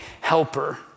helper